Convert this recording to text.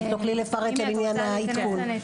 אם תוכלי לפרט לעניין העדכון.